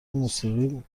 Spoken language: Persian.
موسیقی